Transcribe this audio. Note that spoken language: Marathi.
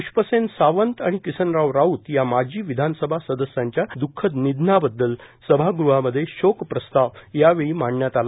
प्ष्पसेन सावंत आणि किसनराव राऊत या माजी विधानसभा सदस्यांच्या द्ःखद निधनाबद्दल सभाग़हामधे शोक प्रस्ताव मांडण्यात आला